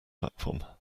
pattern